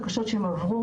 "מה הבעיה?